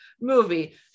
movie